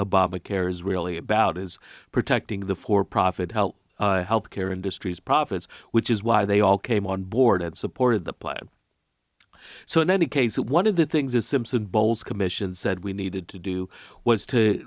cares really about is protecting the for profit health and health care industries profits which is why they all came on board and supported the plan so in any case one of the things the simpson bowles commission said we needed to do was to